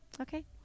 Okay